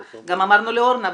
גם אמרנו לארנה,